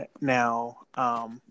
Now